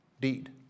deed